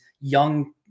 young